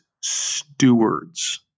stewards